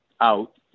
out